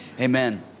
amen